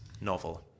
novel